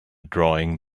drawing